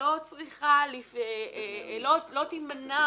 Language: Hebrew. לא תימנע